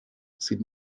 sieht